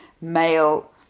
male